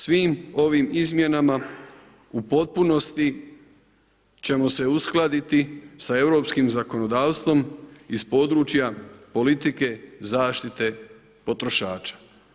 Svim ovim izmjenama u potpunosti, ćemo se uskladiti sa europskim zakonodavstvom iz područja politike zaštite potrošača.